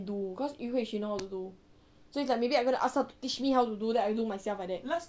cause yu hui she know how to do so it's like maybe I'm gonna ask her to teach me how to do then I do myself like that